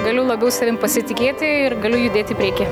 galiu labiau savim pasitikėti ir galiu judėt į priekį